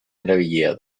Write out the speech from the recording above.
erabilia